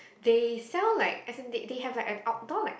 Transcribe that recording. they sell like as in they they have an outdoor like